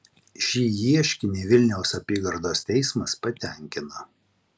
šį ieškinį vilniaus apygardos teismas patenkino